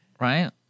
right